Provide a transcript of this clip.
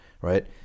right